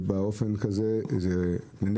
בבקשה,